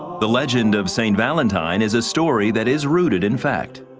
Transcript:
the legend of saint valentine is a story that is rooted in fact.